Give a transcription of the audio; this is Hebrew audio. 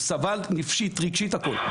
הוא סבל נפשית, רגשית, הכול.